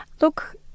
Look